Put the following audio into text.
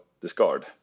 discard